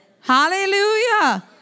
Hallelujah